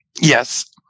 Yes